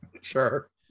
Sure